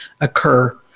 occur